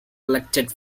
elected